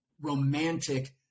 romantic